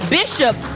Bishop